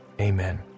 amen